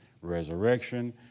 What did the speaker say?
resurrection